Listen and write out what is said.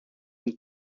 une